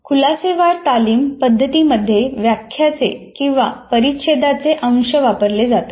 खुलासेवार तालीम पद्धतीमध्ये वाक्याचे किंवा परिच्छेदाचे अंश वापरले जातात